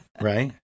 Right